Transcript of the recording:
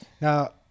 Now